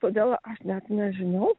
todėl aš net nežinau